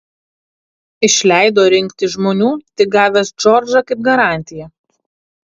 išleido rinkti žmonių tik gavęs džordžą kaip garantiją